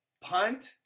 Punt